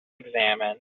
examined